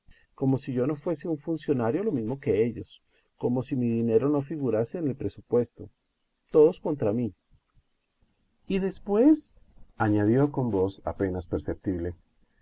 como si yo no fuese un funcionario lo mismo que ellos como si mi dinero no figurase en el presupuesto todos contra mí y después añadió con voz apenas perceptible